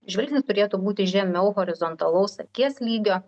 žvilgsnis turėtų būti žemiau horizontalaus akies lygio